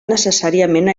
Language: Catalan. necessàriament